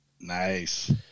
Nice